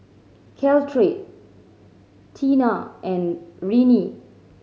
Caltrate Tena and Rene